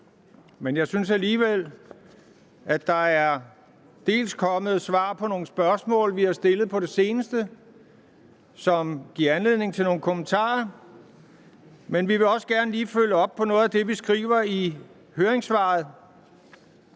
men jeg synes alligevel, dels når der er kommet svar på nogle spørgsmål, vi har stillet på det seneste, som giver anledning til nogle kommentarer, dels når vi også gerne lige vil følge op på noget af det, vi skriver i høringssvaret,